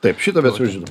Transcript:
taip šitą mes jau žinom